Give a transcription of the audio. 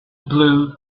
blue